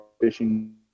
fishing